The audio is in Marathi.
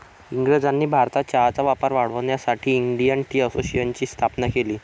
इंग्रजांनी भारतात चहाचा वापर वाढवण्यासाठी इंडियन टी असोसिएशनची स्थापना केली